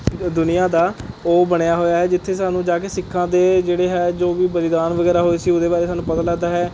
ਦੁਨੀਆਂ ਦਾ ਉਹ ਬਣਿਆ ਹੋਇਆ ਹੈ ਜਿੱਥੇ ਸਾਨੂੰ ਜਾ ਕੇ ਸਿੱਖਾਂ ਦੇ ਜਿਹੜੇ ਹੈ ਜੋ ਵੀ ਬਲੀਦਾਨ ਵਗੈਰਾ ਹੋਏ ਸੀ ਉਹਦੇ ਬਾਰੇ ਸਾਨੂੰ ਪਤਾ ਲੱਗਦਾ ਹੈ